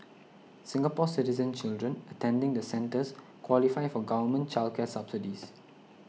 Singapore Citizen children attending the centres qualify for government child care subsidies